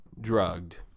drugged